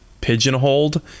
pigeonholed